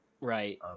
Right